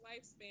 lifespan